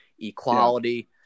equality